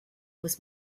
was